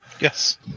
Yes